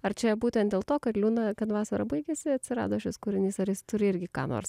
ar čia būtent dėl to kad liūdna kad vasara baigiasi atsirado šis kūrinys ar jis turi irgi ką nors